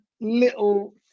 little